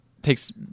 takes